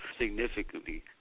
significantly